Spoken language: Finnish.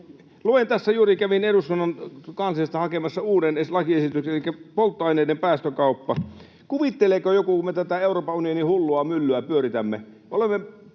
juuri kävin eduskunnan kansliasta hakemassa uuden lakiesityksen polttoaineiden päästökaupasta. Kuvitteleeko joku, kun me tätä Euroopan unionin hullua myllyä pyöritämme